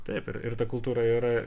taip ir ta kultūra yra